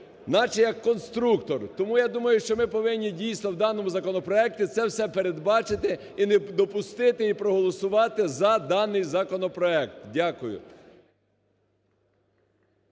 наче як конструктор, тому я думаю, що ми повинні дійсно в даному законопроекті це все передбачити і не допустити, і проголосувати за даний законопроект. Дякую.